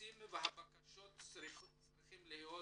הטפסים והבקשות צריכים להיות